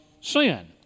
sin